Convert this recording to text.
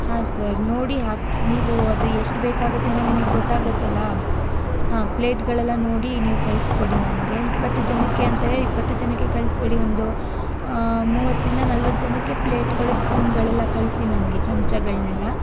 ಹಾಂ ಸರ್ ನೋಡಿ ಹಾಕಿ ನೀವು ಅದು ಎಷ್ಟು ಬೇಕಾಗುತ್ತೆ ನಿಮಿಗೆ ಗೊತ್ತಾಗತ್ತಲ್ಲಾ ಹಾಂ ಪ್ಲೇಟ್ಗಳೆಲ್ಲ ನೋಡಿ ನೀವು ಕಳಿಸ್ಕೊಡಿ ನನಗೆ ಇಪ್ಪತ್ತು ಜನಕ್ಕೆ ಅಂದರೆ ಇಪ್ಪತ್ತು ಜನಕ್ಕೆ ಕಳ್ಸ್ಬೇಡಿ ಒಂದು ಮೂವತ್ತರಿಂದ ನಲ್ವತ್ತು ಜನಕ್ಕೆ ಪ್ಲೇಟ್ಗಳು ಸ್ಪೂನ್ಗಳೆಲ್ಲ ಕಳಿಸಿ ನನಗೆ ಚಮಚಗಳ್ನೆಲ್ಲ